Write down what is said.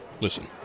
Listen